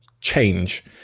change